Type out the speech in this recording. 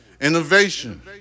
Innovation